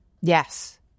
Yes